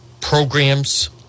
programs